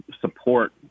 support